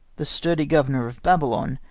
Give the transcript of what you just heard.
the sturdy governor of babylon,